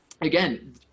Again